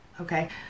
Okay